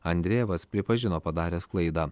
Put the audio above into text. andrejevas pripažino padaręs klaidą